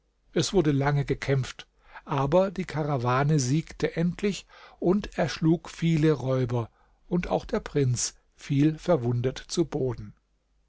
es wurde lange gekämpft aber die karawane siegte endlich und erschlug viele räuber und auch der prinz fiel verwundet zu boden